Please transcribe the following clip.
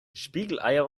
spiegeleier